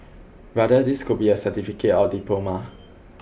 rather this could be a certificate or diploma